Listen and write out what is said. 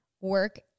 work